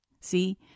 See